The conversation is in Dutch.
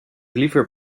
liever